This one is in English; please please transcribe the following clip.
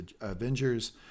Avengers